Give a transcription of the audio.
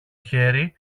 χέρι